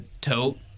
tote